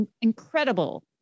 incredible